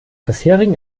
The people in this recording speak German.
bisherigen